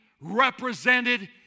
represented